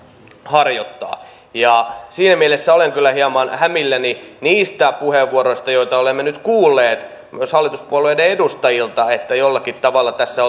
harjoittaa sinä mielessä olen kyllä hieman hämilläni niistä puheenvuoroista joita olemme nyt kuulleet myös hallituspuolueiden edustajilta että jollakin tavalla tässä